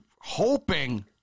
hoping